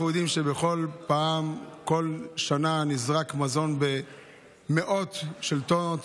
אנחנו יודעים שבכל שנה נזרקות מאות טונות